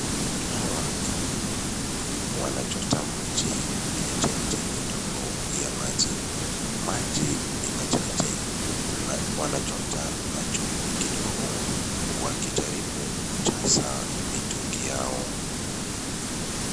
Hawa kina mama wanachota maji kwenye chemichemi ndogo ya mai, maji ni machache wanachota na chombo kidogo, wakijaribu kujaza mitungi yao.